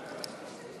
אני קובע